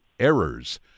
errors